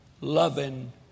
loving